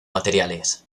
materiales